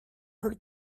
her